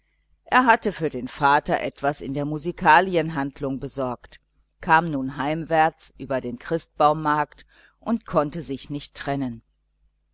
er hatte für den vater etwas in der musikalienhandlung besorgt kam nun heimwärts über den christbaummarkt und konnte sich nicht trennen